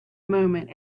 moment